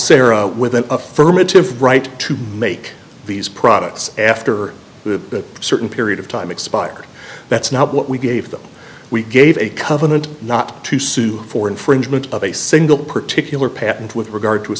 a with an affirmative right to make these products after the certain period of time expired that's now what we gave them we gave a covenant not to sue for infringement of a single particular patent with regard to a